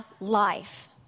life